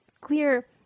clear